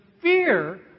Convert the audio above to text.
Fear